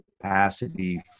capacity